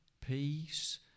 peace